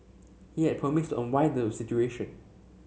he had promised unwind the situation